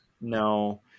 No